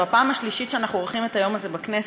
זו הפעם השלישית שאנחנו עורכים את היום הזה בכנסת.